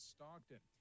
Stockton